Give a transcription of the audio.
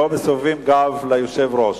לא מסובבים גב ליושב-ראש.